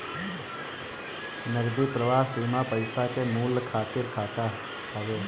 नगदी प्रवाह सीमा पईसा के मूल्य खातिर खाता हवे